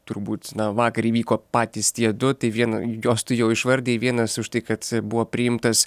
turbūt na vakar įvyko patys tie du tai vien juos tu jau išvardijai vienas už tai kad buvo priimtas